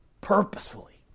purposefully